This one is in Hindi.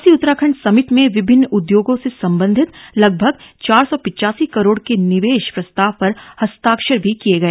प्रवासी उत्तराखण्ड समिट में विभिन्न उद्योगों से सम्बन्धित लगभग चार सौ पिचासी करोड़ के निवेश प्रस्ताव पर हस्ताक्षर भी किये गये